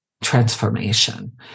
transformation